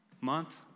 month